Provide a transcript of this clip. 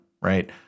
right